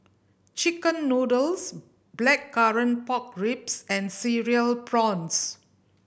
chicken noodles Blackcurrant Pork Ribs and Cereal Prawns